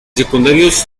secundarios